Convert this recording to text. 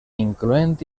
incloent